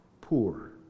Poor